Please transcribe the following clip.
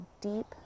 deep